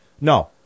No